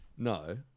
No